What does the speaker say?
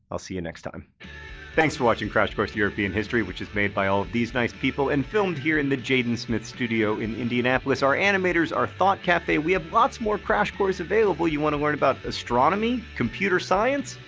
i'll see you next time thanks for watching crash course european history which is made by all these nice people and filmed here in the jaden smith studio in indianapolis indianapolis our animators are thought cafe. we have lots more crash course available. you want to learn about astronomy? computer science?